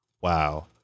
Wow